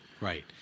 Right